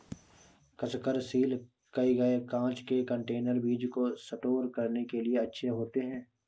कसकर सील किए गए कांच के कंटेनर बीज को स्टोर करने के लिए अच्छे होते हैं